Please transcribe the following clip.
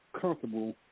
Comfortable